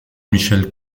michel